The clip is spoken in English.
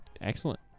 Excellent